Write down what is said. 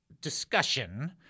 discussion